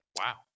Wow